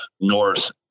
north